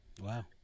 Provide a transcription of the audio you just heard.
Wow